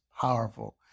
powerful